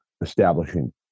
establishing